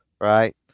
right